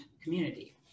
community